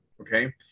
okay